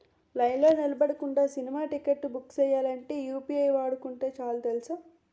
లైన్లో నిలబడకుండా సినిమా టిక్కెట్లు బుక్ సెయ్యాలంటే యూ.పి.ఐ వాడుకుంటే సాలు కదా